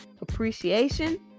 appreciation